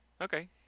Okay